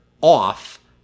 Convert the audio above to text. off